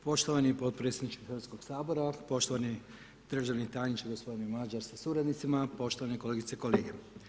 Poštovani potpredsjedniče Hrvatskoga sabora, poštovani državni tajniče, gospodine Mađar sa suradnicima, poštovane kolegice i kolege.